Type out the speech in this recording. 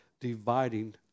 dividing